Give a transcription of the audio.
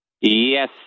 Yes